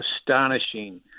astonishing